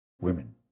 women